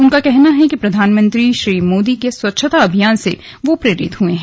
उनका कहना है कि प्रधानमंत्री श्री मोदी के स्वच्छता अभियान से वह प्रेरित हुए है